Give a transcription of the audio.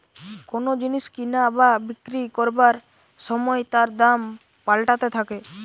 কোন জিনিস কিনা বা বিক্রি করবার সময় তার দাম পাল্টাতে থাকে